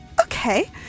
okay